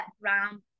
brown